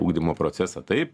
ugdymo procesą taip